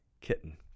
kitten